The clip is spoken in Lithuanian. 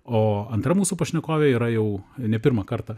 o antra mūsų pašnekovė yra jau ne pirmą kartą